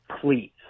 please